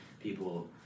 people